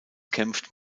kämpft